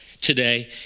today